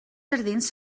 jardins